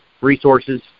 resources